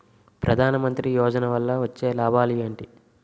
ప్రధాన మంత్రి యోజన వల్ల వచ్చే లాభాలు ఎంటి?